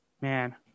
man